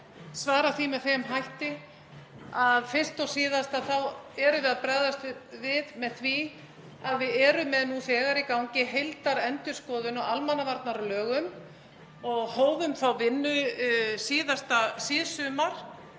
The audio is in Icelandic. svarað því með þeim hætti að fyrst og síðast erum við að bregðast við með því að við erum með nú þegar í gangi heildarendurskoðun á almannavarnalögum. Við hófum þá vinnu síðsumars